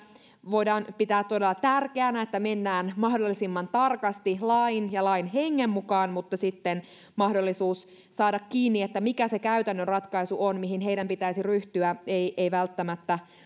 voidaan pitää todella tärkeänä että mennään mahdollisimman tarkasti lain ja lain hengen mukaan mutta mahdollisuus saada kiinni mikä se käytännön ratkaisu on mihin heidän pitäisi ryhtyä ei ei välttämättä